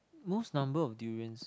most number of durians